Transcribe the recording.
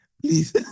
please